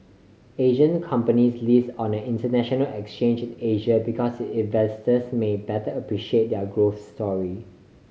Asian companies list on an international exchange in Asia because investors may better appreciate their growth story